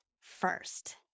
first